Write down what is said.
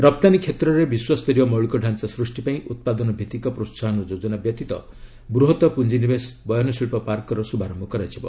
ରପ୍ତାନୀ କ୍ଷେତ୍ରରେ ବିଶ୍ୱସ୍ତରୀୟ ମୌଳିକ ଢ଼ାଞ୍ଚା ସୃଷ୍ଟି ପାଇଁ ଉତ୍ପାଦନ ଭିଭିକ ପ୍ରୋହାହନ ଯୋଜନା ବ୍ୟତୀତ ବୃହତ ପୁଞ୍ଜି ନିବେଶ ବୟନଶିଳ୍ପ ପାର୍କର ଶୁଭାରମ୍ଭ କରାଯିବ